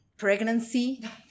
pregnancy